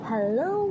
Hello